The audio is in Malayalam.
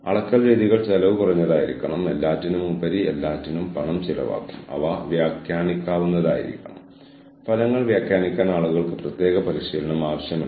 തുടർന്ന് നിങ്ങളുടെ എച്ച്ആർ മേധാവിയോ എച്ച്ആർ ഡിപ്പാർട്ട്മെന്റോ നിങ്ങൾ ആഴ്ചയിൽ 20 മണിക്കൂർ എന്ന പരിധി കടക്കാത്തിടത്തോളം ഫ്ലെക്സി മണിക്കൂറുകൾ കുഴപ്പമില്ല എന്ന് പറയുന്നു